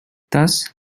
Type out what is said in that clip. thus